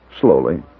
Slowly